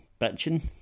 bitching